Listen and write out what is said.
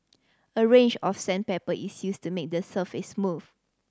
a range of sandpaper is used to make the surface smooth